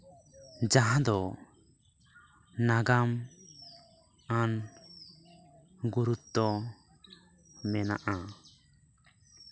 ᱡᱟᱦᱟᱸ ᱫᱚ ᱱᱟᱜᱟᱢ ᱟᱱ ᱜᱩᱨᱩᱛᱛᱚ ᱢᱮᱱᱟᱜᱼᱟ